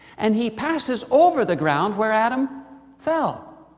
and he passes over the ground where adam fell.